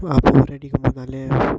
ആ ഗോളടിക്കുമ്പോൾ നല്ലയാ